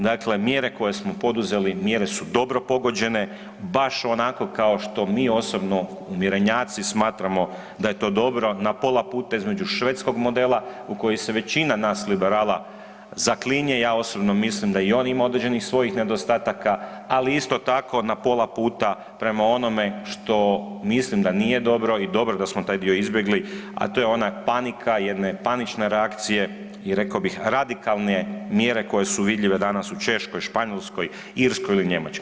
Dakle, mjere koje smo poduzeti, mjere su dobro pogođene, baš onako kao što mi osobno mirenjaci smatramo da je to dobro na pola puta između švedskog modela u koji se većina nas liberala zaklinje, ja osobno mislim da i on ima određenih svojih nedostataka, ali isto tako na pola puta prema onome što mislim da nije dobro i dobro da smo taj dio izbjegli, a to je ona panika, jedne panične reakcije i rekao bih radikalne mjere koje su vidljive danas u Češkoj, Španjolskoj, Irskoj ili Njemačkoj.